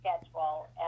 schedule